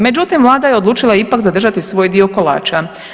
Međutim, Vlada je odlučila ipak zadržati svoj dio kolača.